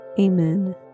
Amen